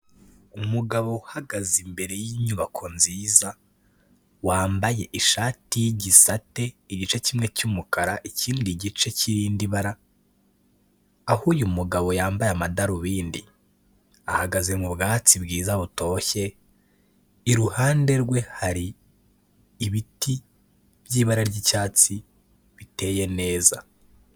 Umugabo uhagaze imbere y'inyubako nziza. Wambaye ishati y'igisate igice kimwe cy'umukara ikindi gice kirindi ibara, aho uyu mugabo yambaye amadarubindi. Ahagaze mu bwatsi bwiza butoshye, iruhande rwe hari ibiti by'ibara ry'icyatsi biteye neza.